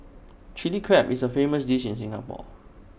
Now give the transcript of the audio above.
Chilli Crab is A famous dish in Singapore